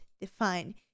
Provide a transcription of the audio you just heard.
define